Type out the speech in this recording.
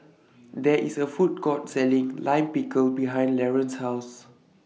There IS A Food Court Selling Lime Pickle behind Laron's House